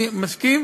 אני מסכים